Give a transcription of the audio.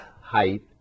height